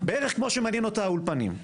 בערך כמו שמעניין אותה האולפנים.